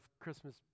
Christmas